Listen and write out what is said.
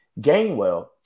Gainwell